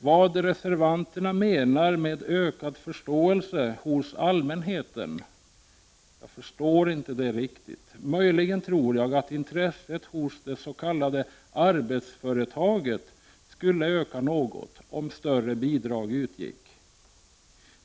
Vad reservanterna menar med ökad förståelse hos allmänheten förstår jag inte, möjligen att intresset hos det s.k. arbetsföretaget skulle öka något om större bidrag utgick.